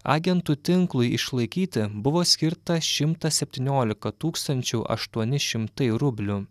agentų tinklui išlaikyti buvo skirta šimtas septyniolika tūkstančių aštuoni šimtai rublių